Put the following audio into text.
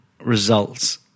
results